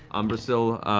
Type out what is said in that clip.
umbrasyl,